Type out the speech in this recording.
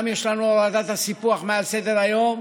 גם יש לנו הורדת הסיפוח מעל סדר-היום,